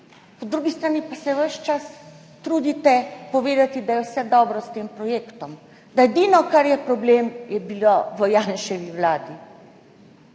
po drugi strani pa se ves čas trudite povedati, da je vse dobro s tem projektom, da edino, kar je problem, je bilo v Janševi vladi.